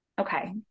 Okay